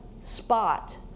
spot